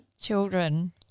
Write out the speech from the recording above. children